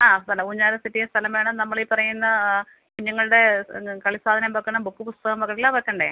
ആ സ്ഥലം ഊഞ്ഞാല് സെറ്റ് സ്ഥലം വേണം നമ്മൾ ഈ പറയുന്ന കുഞ്ഞുങ്ങളുടെ ഒന്ന് കളി സാധനം വെക്കണം ബുക്ക് പുസ്തകം വെക്ക് എല്ലാം വെക്കണ്ടേ